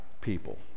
people